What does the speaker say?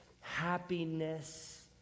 happiness